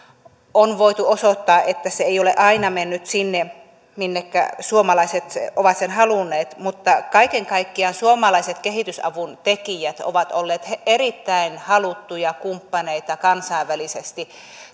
on voitu osoittaa että se ei ole aina mennyt sinne minnekä suomalaiset ovat sen halunneet niin kaiken kaikkiaan suomalaiset kehitysavun tekijät ovat olleet erittäin haluttuja kumppaneita kansainvälisesti